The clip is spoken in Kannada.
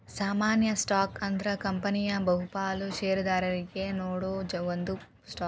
ಸಾಮಾನ್ಯ ಸ್ಟಾಕ್ ಅಂದ್ರ ಕಂಪನಿಯ ಬಹುಪಾಲ ಷೇರದಾರರಿಗಿ ನೇಡೋ ಒಂದ ಸ್ಟಾಕ್